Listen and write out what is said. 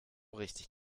richtig